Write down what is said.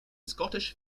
scottish